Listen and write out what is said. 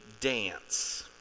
dance